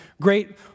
great